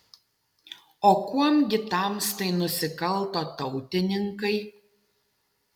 o kuom gi tamstai nusikalto tautininkai